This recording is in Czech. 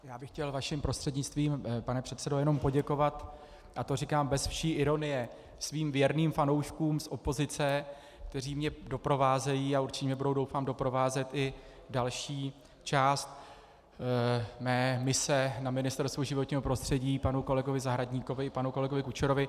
Já bych chtěl vaším prostřednictvím, pane předsedo, jenom poděkovat, a to říkám bez vší ironie, svým věrným fanouškům z opozice, kteří mě doprovázejí a určitě mě budou, doufám, doprovázet i další část mé mise na Ministerstvu životního prostředí, panu kolegovi Zahradníkovi i panu kolegovi Kučerovi.